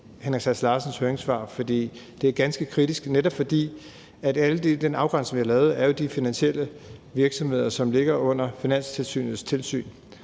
det er ganske kritisk, netop fordi den afgrænsning, vi har lavet, jo er de finansielle virksomheder, som ligger under Finanstilsynets tilsyn,